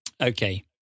Okay